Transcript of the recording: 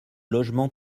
logement